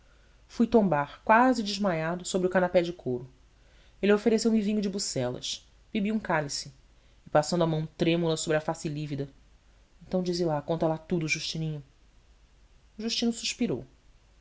fui tombar quase desmaiado sobre o canapé de couro ele ofereceu me vinho de bucelas bebi um cálice e passando a mão trêmula sobre a face lívida então dize lá conta lá tudo justininho o justino suspirou